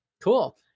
Cool